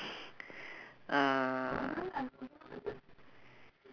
uh